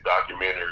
documentary